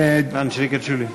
אנג'לינה ג'ולי.